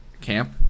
camp